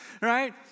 Right